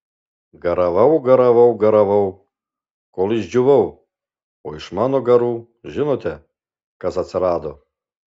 garavau garavau garavau kol išdžiūvau o iš mano garų žinote kas atsirado